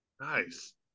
nice